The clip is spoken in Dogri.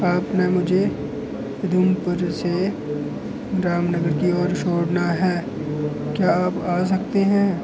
आपने मुझे उधमपुर से रामनगर की ओर छोड़ना है क्या आप आ सकते है